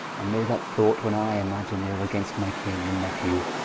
and may that thought, when i imagine ill against my king and nephew,